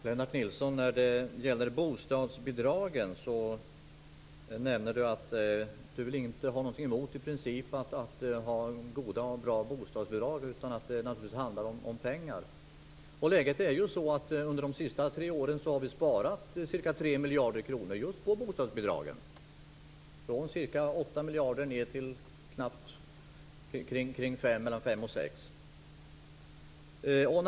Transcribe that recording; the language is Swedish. Herr talman! Lennart Nilsson nämner att han i princip inte har något emot goda och bra bostadsbidrag, utan att det naturligtvis handlar om pengar. Läget är ju det att under de senaste tre åren har vi sparat ca 3 miljarder kronor just på bostadsbidragen - från ca 8 miljarder ned till mellan 5 och 6 miljarder.